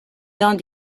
dans